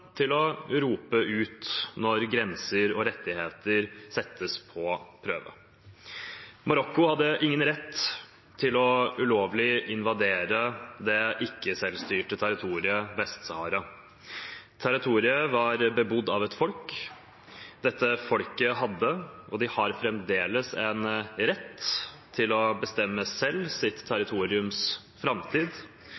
til å rope ut når grenser og rettigheter settes på prøve. Marokko hadde ingen rett til ulovlig å invadere det ikke-selvstyrte territoriet Vest-Sahara. Territoriet var bebodd av et folk. Dette folket hadde – og har fremdeles – en rett til selv å bestemme sitt